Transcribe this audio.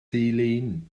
dilin